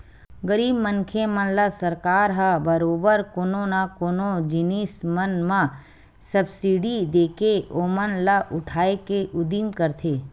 गरीब मनखे मन ल सरकार ह बरोबर कोनो न कोनो जिनिस मन म सब्सिडी देके ओमन ल उठाय के उदिम करथे